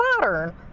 modern